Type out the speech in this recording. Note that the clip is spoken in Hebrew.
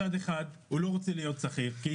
מצד אחד, הוא לא רוצה להיות שכיר כי